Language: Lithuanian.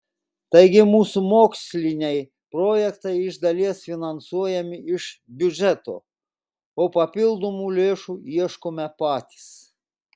taigi mūsų moksliniai projektai iš dalies finansuojami iš biudžeto o papildomų lėšų ieškome patys